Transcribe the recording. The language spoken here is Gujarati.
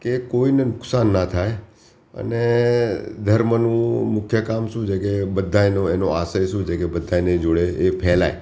કે કોઈને નુકસાન ન થાય અને ધર્મનું મુખ્ય કામ શું છે કે બધાયનો એનો આશય શું છે કે બધાયની જોડે એ ફેલાય